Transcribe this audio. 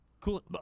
Cool